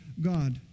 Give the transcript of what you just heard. God